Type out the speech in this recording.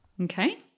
Okay